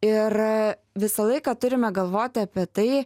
ir visą laiką turime galvoti apie tai